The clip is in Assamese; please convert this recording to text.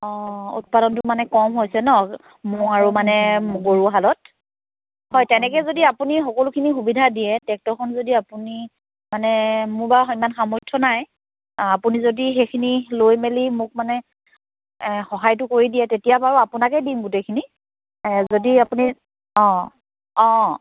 অ উৎপাদনটো মানে কম হৈছে ন' ম'হ আৰু মানে গৰুহালত হয় তেনেকৈ যদি আপুনি সকলোখিনি সুবিধা দিয়ে টেক্টৰখন যদি আপুনি মানে মোৰ বাৰু সিমান সামৰ্থ নাই অ আপুনি যদি সেইখিনি লৈ মেলি মোক মানে এ সহায়টো কৰি দিয়ে তেতিয়া বাৰু আপোনাকে দিম গোটেইখিনি এ যদি আপুনি অ অ